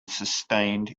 sustained